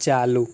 ચાલુ